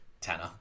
Tanner